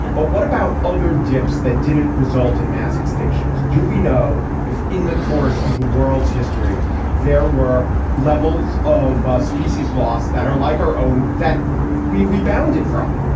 but what about other dips that didn't result in mass extinctions? do we know if in the course of the world's history there were levels of species loss that are like our own that we rebounded from?